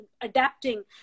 adapting